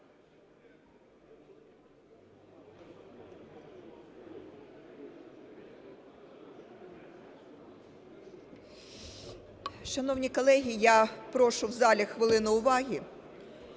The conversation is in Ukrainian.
Шановні колеги, я прошу в залі хвилину уваги,